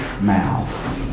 mouth